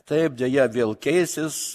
taip deja vėl keisis